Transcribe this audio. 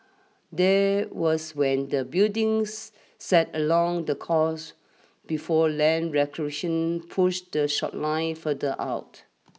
that was when the buildings sat along the coast before land reclamation push the short line further out